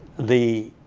the